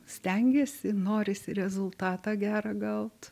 stengiesi norisi rezultatą gerą gaut